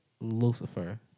Lucifer